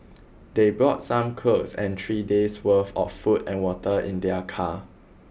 they brought some clothes and three days' worth of food and water in their car